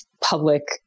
public